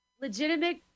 legitimate